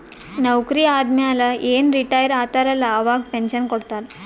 ನೌಕರಿ ಆದಮ್ಯಾಲ ಏನ್ ರಿಟೈರ್ ಆತಾರ ಅಲ್ಲಾ ಅವಾಗ ಪೆನ್ಷನ್ ಕೊಡ್ತಾರ್